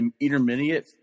intermediate